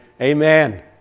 amen